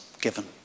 given